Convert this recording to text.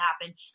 happen